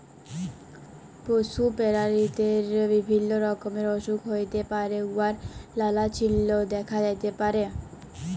পশু পেরালিদের বিভিল্য রকমের অসুখ হ্যইতে পারে উয়ার লালা চিল্হ দ্যাখা যাতে পারে